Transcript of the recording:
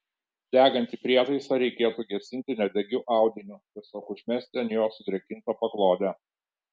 degantį prietaisą reikėtų gesinti nedegiu audiniu tiesiog užmesti ant jo sudrėkintą paklodę